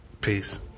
Peace